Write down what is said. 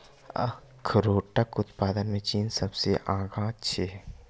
अखरोटक उत्पादन मे चीन सबसं आगां छै